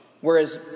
whereas